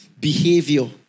behavior